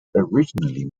originally